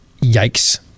yikes